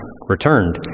returned